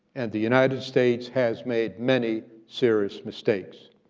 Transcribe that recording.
and the united states has made many serious mistakes,